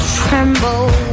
tremble